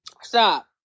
stop